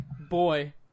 Boy